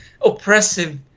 oppressive